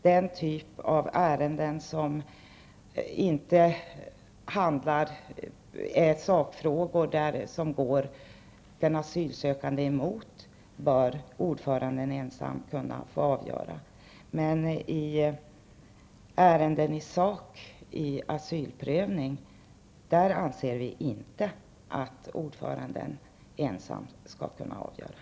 Den typ av ärenden som inte gäller sakfrågor som går den asylsökande emot bör ordföranden ensam kunna få avgöra. Men ärenden som i sak gäller asylprövning anser vi inte att ordföranden ensam skall kunna avgöra.